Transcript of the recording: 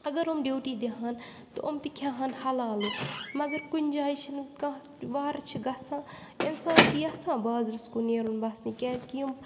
اگر یِم ڈیوٗٹی دِہَن تہٕ اُم تہِ کھےٚ ہان حَلالُک مگر کُنہِ جایہِ چھِنہٕ کانٛہہ وارٕ چھِ گژھان اِنسان چھُ یَژھان بازرَس کُن نیرُن بَسنہِ کیٛازِکہِ یِم